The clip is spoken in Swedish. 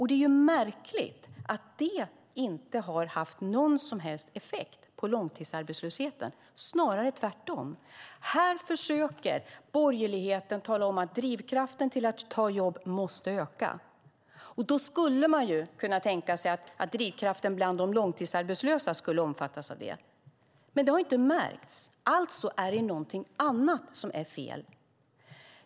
Det är märkligt att det inte har haft någon som helst effekt på långtidsarbetslösheten. Det är snarare tvärtom. Här försöker borgerligheten tala om att drivkraften till att ta jobb måste öka. Då skulle man ju kunna tänka sig att drivkraften bland de långtidsarbetslösa skulle omfattas av det, men det har inte märkts. Alltså är det något annat som är fel.